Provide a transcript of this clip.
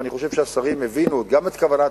ואני חושב שהשרים הבינו גם את כוונת